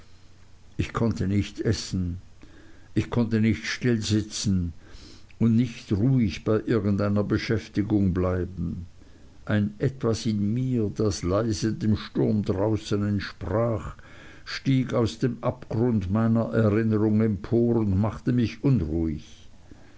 ich konnte nicht essen ich konnte nicht still sitzen und nicht ruhig bei irgendeiner beschäftigung bleiben ein etwas in mir das leise dem sturme draußen entsprach stieg aus dem abgrund meiner erinnerung empor und machte mich unruhig